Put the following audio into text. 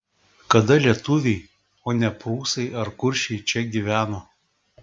kada lietuviai o ne prūsai ar kuršiai čia gyveno